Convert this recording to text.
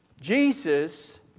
Jesus